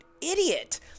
idiot